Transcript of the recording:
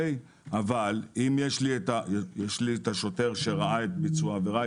אבל יש לי השוטר שראה את ביצוע העבירה,